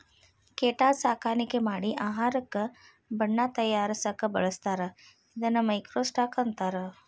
ಕೇಟಾ ಸಾಕಾಣಿಕೆ ಮಾಡಿ ಆಹಾರಕ್ಕ ಬಣ್ಣಾ ತಯಾರಸಾಕ ಬಳಸ್ತಾರ ಇದನ್ನ ಮೈಕ್ರೋ ಸ್ಟಾಕ್ ಅಂತಾರ